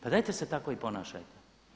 Pa dajte se tako i ponašajte!